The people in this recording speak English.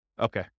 Okay